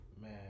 Man